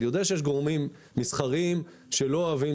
אני יודע שיש גורמים מסחריים שלא אוהבים